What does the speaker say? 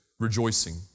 Rejoicing